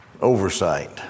oversight